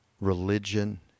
religion